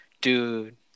Dude